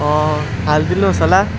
हालिदिनु होस् होला